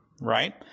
right